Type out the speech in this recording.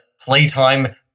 Playtime